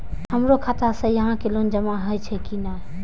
हमरो खाता से यहां के लोन जमा हे छे की ने?